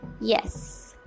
Yes